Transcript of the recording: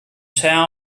chair